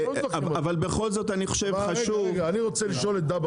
אני רוצה לשאול את דגן